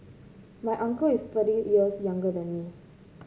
my uncle is thirty years younger than me